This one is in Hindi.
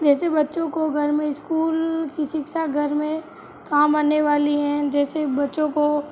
जैसे बच्चों को घर में स्कूल की शिक्षा घर में काम आने वाली है जैसे बच्चों को